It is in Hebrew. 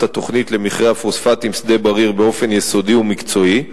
התוכנית למכרה הפוספטים שדה-בריר באופן יסודי ומקצועי.